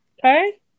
Okay